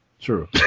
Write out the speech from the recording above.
True